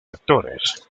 actores